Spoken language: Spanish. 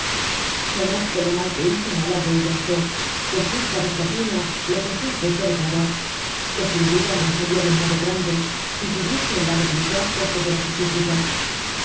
conozco lo mal que hice en hablar de ello á que juzga desatino lo que fué efecto de candor que sin duda mancharía de un modo grande si tuviese la debilidad de acceder á su súplica